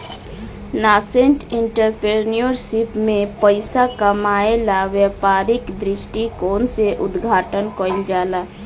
nascent entrepreneurship में पइसा कामायेला व्यापारिक दृश्टिकोण से उद्घाटन कईल जाला